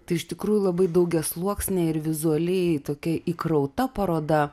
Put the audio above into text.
tai iš tikrųjų labai daugiasluoksnė ir vizualiai tokia įkrauta paroda